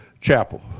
Chapel